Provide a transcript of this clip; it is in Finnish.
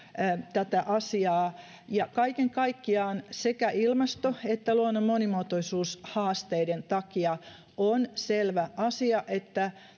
tätä asiaa kaiken kaikkiaan sekä ilmaston että luonnon monimuotoisuuden haasteiden takia on selvä asia että